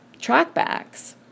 trackbacks